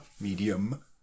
Medium